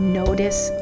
notice